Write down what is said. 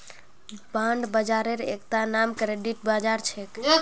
bond बाजारेर एकता नाम क्रेडिट बाजार छेक